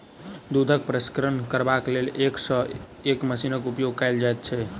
दूधक प्रसंस्करण करबाक लेल एक सॅ एक मशीनक उपयोग कयल जाइत छै